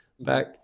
back